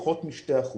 פחות מ-2%